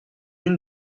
unes